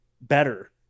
better